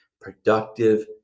productive